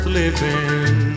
living